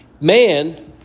man